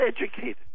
educated